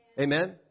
Amen